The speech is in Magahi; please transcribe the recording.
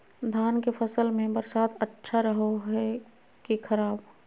धान के फसल में बरसात अच्छा रहो है कि खराब?